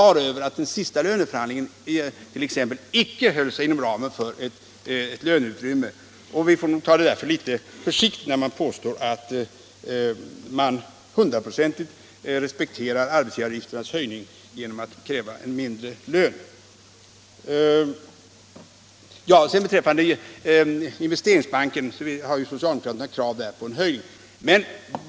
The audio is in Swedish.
på det klara med att den senaste löneförhandlingen icke höll sig inom ramen för det egentliga löneutrymmet. Därför får vi nog ta det litet försiktigt när man påstår att de anställda hundraprocentigt respekterar arbetsgivaravgifternas höjning genom att kräva en mindre lön. Beträffande Investeringsbanken har socialdemokraterna krav på en höjning.